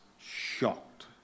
shocked